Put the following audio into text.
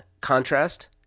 contrast